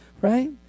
right